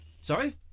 Sorry